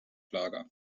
lager